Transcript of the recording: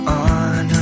on